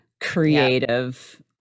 creative